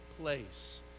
place